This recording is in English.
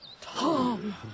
Tom